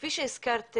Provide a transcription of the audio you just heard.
כפי שהזכרת,